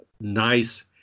nice